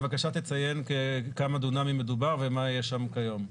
בבקשה תציין בכמה דונמים מדובר ומה יש שם כיום.